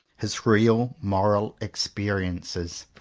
his real moral experiences!